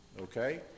Okay